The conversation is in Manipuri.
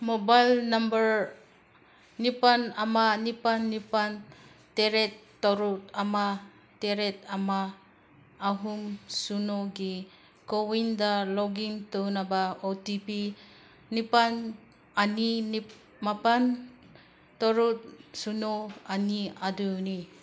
ꯃꯣꯕꯥꯏꯜ ꯅꯝꯕꯔ ꯅꯤꯄꯥꯜ ꯑꯃ ꯅꯤꯄꯥꯜ ꯅꯤꯄꯥꯜ ꯇꯔꯦꯠ ꯇꯔꯨꯛ ꯑꯃ ꯇꯔꯦꯠ ꯑꯃ ꯑꯍꯨꯝ ꯁꯨꯅꯣꯒꯤ ꯀꯣꯋꯤꯟꯗ ꯂꯣꯛ ꯏꯟ ꯇꯧꯅꯕ ꯑꯣ ꯇꯤ ꯄꯤ ꯅꯤꯄꯥꯜ ꯑꯅꯤ ꯃꯥꯄꯜ ꯇꯔꯨꯛ ꯁꯨꯅꯣ ꯑꯅꯤ ꯑꯗꯨꯅꯤ